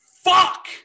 fuck